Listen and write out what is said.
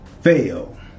Fail